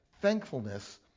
thankfulness